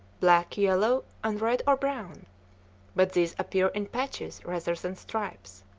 black, yellow, and red or brown but these appear in patches rather than stripes.